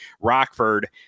Rockford